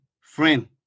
friend